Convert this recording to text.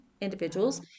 individuals